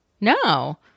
No